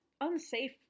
unsafe